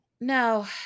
No